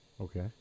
Okay